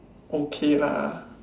okay lah